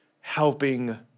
helping